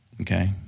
okay